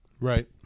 right